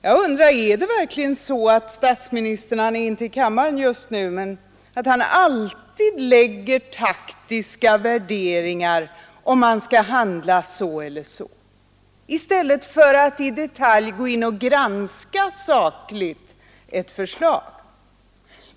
Jag undrar om statsministern — som inte är inne i kammaren just nu alltid lägger taktiska värderingar på om han skall handla så eller så, i stället för att gå in på en saklig detaljgranskning av ett förslag.